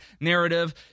narrative